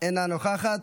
אינה נוכחת.